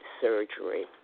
surgery